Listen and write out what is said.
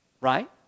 right